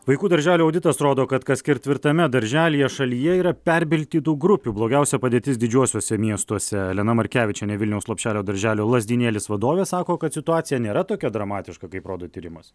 vaikų darželio auditas rodo kad kas ketvirtame darželyje šalyje yra perpildytų grupių blogiausia padėtis didžiuosiuose miestuose elena markevičienė vilniaus lopšelio darželio lazdynėlis vadovė sako kad situacija nėra tokia dramatiška kaip rodo tyrimas